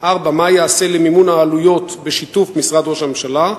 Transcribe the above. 4. מה ייעשה למימון העלויות בשיתוף משרד ראש הממשלה?